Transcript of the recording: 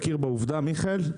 מיכאל,